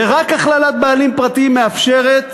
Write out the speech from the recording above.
ורק הכללת בעלים פרטיים מאפשרת